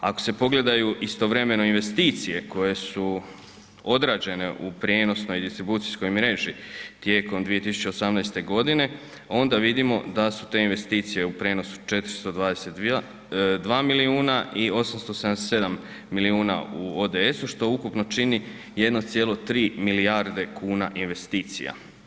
Ako se pogledaju istovremeno investicije koje su odrađene u prijenosnoj i distribucijskoj mreži tijekom 2018.g. onda vidimo da su te investicije u prenosu 422 milijuna i 877 milijuna u ODS-u, što ukupno čini 1,3 milijarde kuna investicija.